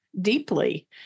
deeply